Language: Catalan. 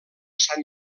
sant